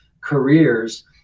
careers